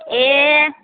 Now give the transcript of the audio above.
ए